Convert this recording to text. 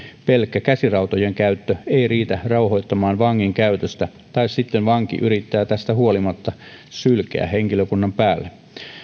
pelkkä käsirautojen käyttö ei riitä rauhoittamaan vangin käytöstä tai sitten vanki yrittää tästä huolimatta sylkeä henkilökunnan päälle